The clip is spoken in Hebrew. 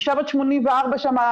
אישה בת 84 שם,